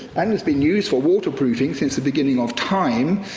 and it's been used for waterproofing since the beginning of time.